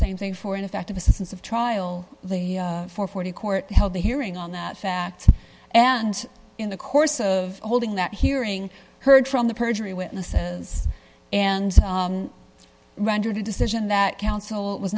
same thing for ineffective assistance of trial for forty court held a hearing on that fact and in the course of holding that hearing heard from the perjury witnesses and rendered a decision that counsel was